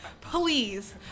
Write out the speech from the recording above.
Please